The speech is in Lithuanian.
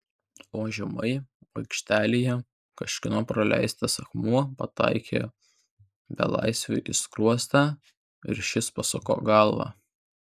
o žemai aikštėje kažkieno paleistas akmuo pataikė belaisviui į skruostą ir šis pasuko galvą